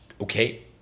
okay